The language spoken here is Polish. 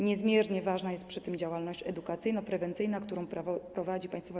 Niezmiernie ważna jest przy tym działalność edukacyjno-prewencyjna, którą Państwowa